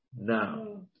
Now